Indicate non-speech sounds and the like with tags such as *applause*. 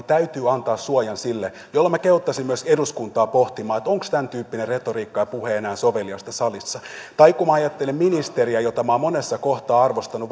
*unintelligible* täytyy antaa suoja niille jolloin minä kehottaisin myös eduskuntaa pohtimaan onko tämän tyyppinen retoriikka ja puhe enää soveliasta salissa tai kun minä ajattelen ministeriä jota minä olen monessa kohtaa arvostanut *unintelligible*